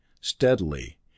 steadily